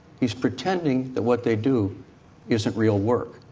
he is pretending that what they do isn't real work,